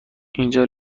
اینجا